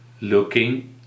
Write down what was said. Looking